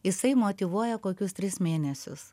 jisai motyvuoja kokius tris mėnesius